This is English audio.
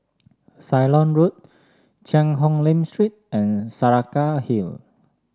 Ceylon Road Cheang Hong Lim Street and Saraca Hill